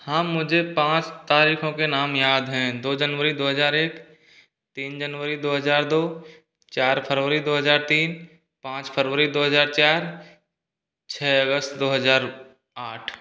हाँ मुझे पाँच तारीखों के नाम याद हैं दो जनवरी दो हजार एक तीन जनवरी दो हजार दो चार फरवरी दो हजार तीन पाँच फरवरी दो हजार चार छः अगस्त दो हजार आठ